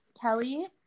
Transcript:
Kelly